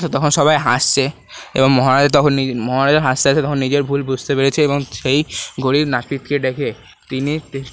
তখন সবাই হাসছে এবং মহারাজা তখন মহারাজা হাসতে হাসতে তখন নিজের ভুল বুঝতে পেরেছে এবং সেই গরীব নাপিতকে ডেকে তিনি